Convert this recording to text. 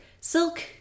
silk